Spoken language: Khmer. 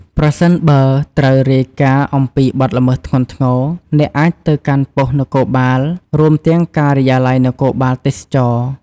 ប្រសិនបើត្រូវរាយការណ៍អំពីបទល្មើសធ្ងន់ធ្ងរ អ្នកអាចទៅកាន់ប៉ុស្តិ៍នគរបាល រួមទាំងការិយាល័យនគរបាលទេសចរណ៍ ។